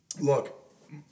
Look